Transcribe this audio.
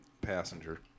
passenger